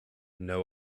know